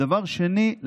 דבר שני,